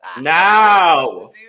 Now